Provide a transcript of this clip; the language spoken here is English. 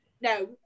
no